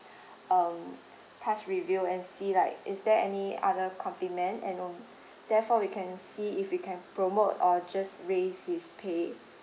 um past review and see like is there any other compliment and um therefore we can see if we can promote or just raise his pay